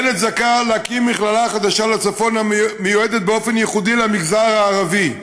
אין הצדקה להקים מכללה חדשה בצפון המיועדת באופן ייחודי למגזר הערבי.